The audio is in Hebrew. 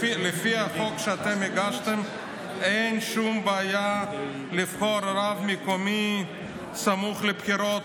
לפי החוק שאתם הגשתם אין שום בעיה לבחור רב מקומי סמוך לבחירות,